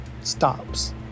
stops